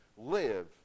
live